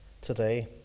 today